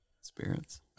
spirits